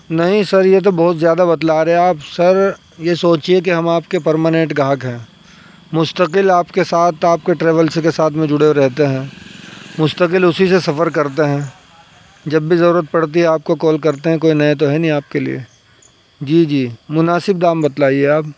نہیں سر یہ تو بہت زیادہ بتلا رہے آپ سر یہ سوچیے کہ ہم آپ کے پرماننٹ گاہک ہیں مستقل آپ کے ساتھ آپ کے ٹریویلس کے ساتھ میں جڑے رہتے ہیں مستقل اسی سے سفر کرتے ہیں جب بھی ضرورت پڑتی ہے آپ کو کال کرتے ہیں کوئی نئے تو ہے نہیں آپ کے لیے جی جی مناسب دام بتلائیے آپ